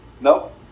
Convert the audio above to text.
Nope